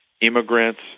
immigrants